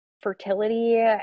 fertility